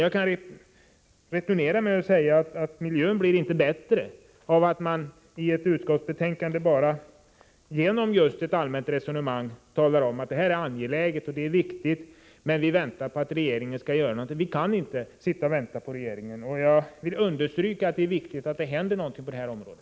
Jag kan returnera med att säga att miljön inte blir bättre av att man i ett allmänt resonemang i utskottsbetänkandet säger att frågorna är angelägna, men att vi skall invänta regeringens åtgärder. Vi kan inte längre vänta på att regeringen skall göra någonting. Jag vill understryka att det är viktigt att det händer någonting på det här området.